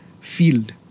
field